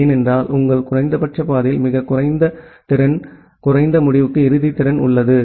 ஏனென்றால் உங்கள் குறைந்தபட்ச பாதையில் மிகக் குறைந்த திறன் குறைந்த முடிவுக்கு இறுதி திறன் உள்ளது